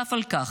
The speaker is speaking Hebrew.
נוסף על כך,